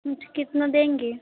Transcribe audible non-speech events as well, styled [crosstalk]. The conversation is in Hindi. [unintelligible] कितना देंगे